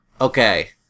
okay